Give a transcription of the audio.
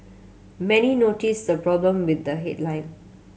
many noticed a problem with the headline